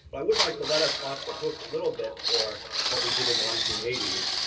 i would like to let us off the hook a little bit for what we did in the nineteen eighty s.